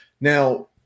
Now –